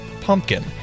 pumpkin